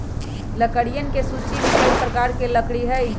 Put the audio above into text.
लकड़ियन के सूची में कई प्रकार के लकड़ी हई